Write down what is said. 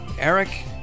Eric